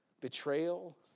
betrayal